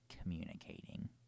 communicating